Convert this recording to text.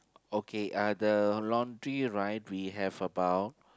okay uh the laundry right we have about